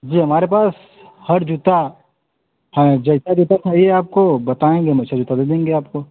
जी हमारे पास हर जूता हैं जैसा जैसा चाहिए आपको बताएँगे हम वैसा जूता दे देंगे आपको